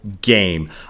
game